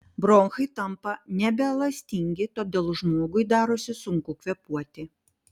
bronchai tampa nebeelastingi todėl žmogui darosi sunku kvėpuoti